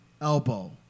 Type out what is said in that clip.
elbow